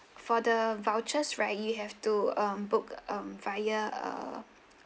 for the vouchers right you have to um book um via uh